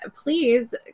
please